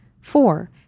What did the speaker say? Four